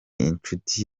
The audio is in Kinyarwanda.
inshuti